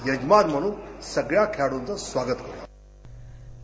यजमान म्हणून सगळ्या खेळाडुंच स्वागत करुयात